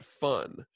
fun